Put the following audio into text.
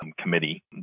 Committee